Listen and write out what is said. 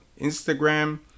Instagram